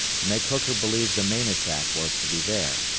to make hooker believe the main attack was to be there,